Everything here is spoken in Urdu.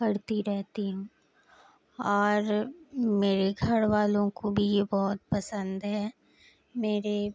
کرتی رہتی ہوں اور میرے گھر والوں کو بھی یہ بہت پسند ہے میرے